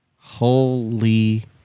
holy